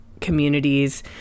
communities